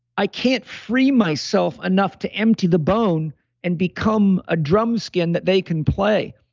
i can't free myself enough to empty the bone and become a drum skin that they can play.